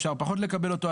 אפשר פחות לקבל אותו,